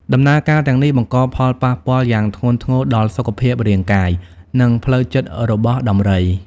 ដំណើរការទាំងនេះបង្កផលប៉ះពាល់យ៉ាងធ្ងន់ធ្ងរដល់សុខភាពរាងកាយ និងផ្លូវចិត្តរបស់ដំរី។